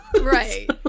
Right